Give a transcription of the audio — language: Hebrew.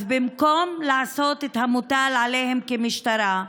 אז, במקום לעשות את המוטל עליהם כמשטרה,